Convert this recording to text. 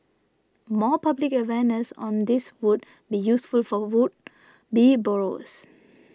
more public awareness on this would be useful for would be borrowers